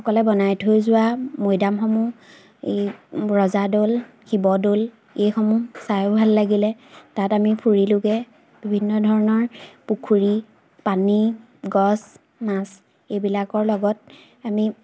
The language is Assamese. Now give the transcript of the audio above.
সকলে বনাই থৈ যোৱা মৈদামসমূহ এই ৰজাদৌল শিৱদৌল এইসমূহ চাইও ভাল লাগিলে তাত আমি ফুৰিলোঁগৈ বিভিন্ন ধৰণৰ পুখুৰী পানী গছ মাছ এইবিলাকৰ লগত আমি